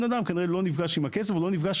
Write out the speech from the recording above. אנחנו,